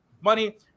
money